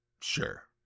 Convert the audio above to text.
Sure